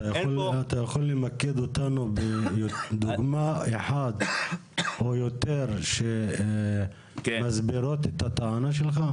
אתה יכול למקד אותנו בדוגמה אחת או יותר שתסביר את הטענה שלך?